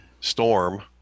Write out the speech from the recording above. storm